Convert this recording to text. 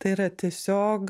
tai yra tiesiog